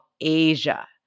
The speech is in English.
Asia